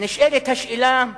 נשאלת השאלה: